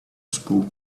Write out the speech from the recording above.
spoke